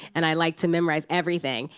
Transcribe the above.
and i liked to memorize everything.